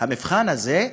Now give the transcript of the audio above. המבחן הזה,